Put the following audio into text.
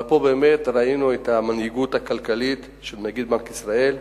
פה באמת ראינו את המנהיגות הכלכלית של נגיד בנק ישראל,